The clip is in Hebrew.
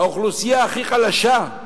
האוכלוסייה הכי חלשה,